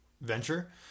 venture